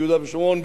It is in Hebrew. ביהודה ושומרון,